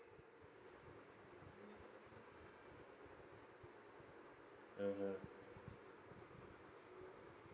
mmhmm